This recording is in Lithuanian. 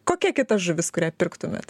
kokia kita žuvis kurią pirktumėt